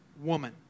woman